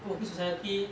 the working society